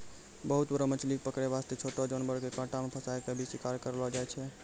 बहुत बड़ो मछली कॅ पकड़ै वास्तॅ छोटो जानवर के कांटा मॅ फंसाय क भी शिकार करलो जाय छै